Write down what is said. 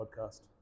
podcast